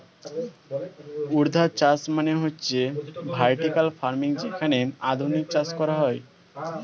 ঊর্ধ্বাধ চাষ মানে হচ্ছে ভার্টিকাল ফার্মিং যেখানে আধুনিক চাষ করা হয়